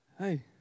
Hey